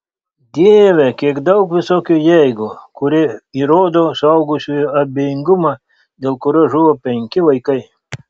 dieve kiek daug visokių jeigu kurie įrodo suaugusiųjų abejingumą dėl kurio žuvo penki vaikai